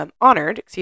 honored